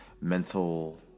mental